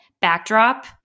backdrop